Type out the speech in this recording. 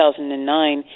2009